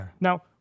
Now